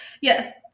Yes